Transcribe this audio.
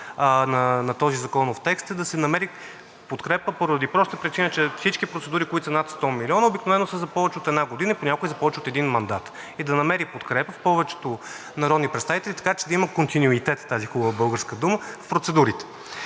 на този законов текст е да се намери подкрепа поради простата причина, че всички процедури, които са над 100 милиона, обикновено са за повече от една година, а понякога за повече от един мандат. И да намери подкрепа в повечето народни представители, така че да има континюитет – тази хубава българска дума, в процедурите.